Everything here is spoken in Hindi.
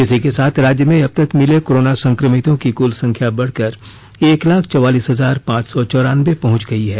इसी के साथ राज्य में अब तक मिले कोरोना संक्रमितों की कुल संख्या बढ़कर एक लाख चौवालीस हजार पांच सौ चौरानबे पहुंच गई है